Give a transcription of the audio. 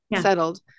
settled